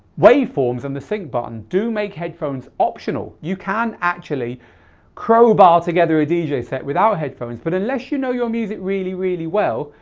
waveforms and the sync button do make headphones optional. you can actually crowbar together ah a dj set without headphones but unless you know your music really really well,